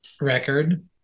record